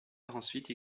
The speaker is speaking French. ensuite